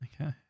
okay